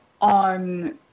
on